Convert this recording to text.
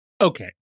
okay